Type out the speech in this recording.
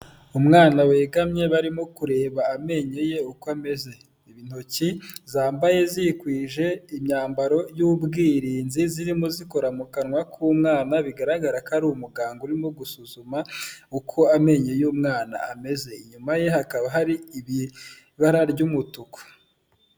Umwana wegamye barimo kureba amenyo ye uko ameze, intoki zambaye zikwije imyambaro y'ubwirinzi zirimo zikora mu kanwa k'umwana bigaragara ko ari umuganga urimo gusuzuma uko amenyo y'umwana ameze inyuma ye hakaba hari ibara ry'umutuku.